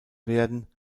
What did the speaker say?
werden